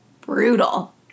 brutal